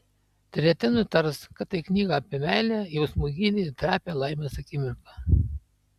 treti nutars kad tai knyga apie meilę jausmų gylį ir trapią laimės akimirką